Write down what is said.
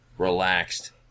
relaxed